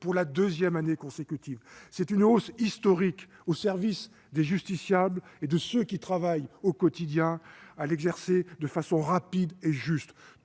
pour la deuxième année consécutive. C'est une hausse historique au service des justiciables et de ceux qui travaillent au quotidien à ce que la justice